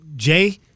Jay